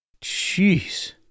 Jeez